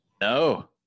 No